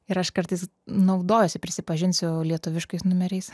ir aš kartais naudojuosi prisipažinsiu lietuviškais numeriais